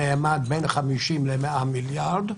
שנאמד בין 50 מיליארד ל-100 מיליארד.